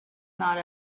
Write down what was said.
not